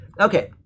Okay